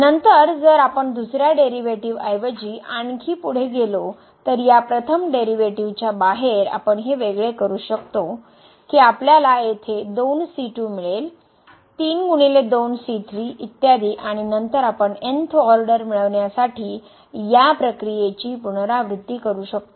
नंतर जर आपण दुसर्या डेरीवेटीव ऐवजी आणखी पुढे गेलो तर या प्रथम डेरीवेटीवच्या बाहेर आपण हे वेगळे करू शकतो की आपल्याला येथे मिळेल इत्यादी आणि नंतर आपण th ऑर्डर मिळविण्यासाठी या प्रक्रियेची पुनरावृत्ती करू शकतो